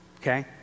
okay